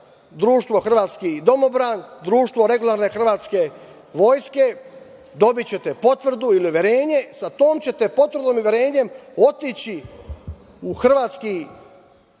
društvo „Hrvatski domobran“, „Društvo regularne hrvatske vojske“, dobićete potvrdu ili uverenje. Sa tom ćete potvrdom ili uverenjem otići u hrvatski